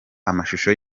amashusho